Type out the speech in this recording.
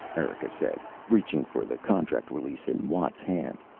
erika said, reaching for the contract release in watt's hand.